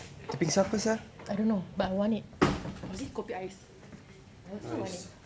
I don't know but I want it was it kopi ais I so want it